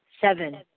Seven